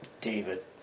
David